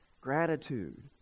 gratitude